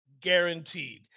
guaranteed